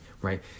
right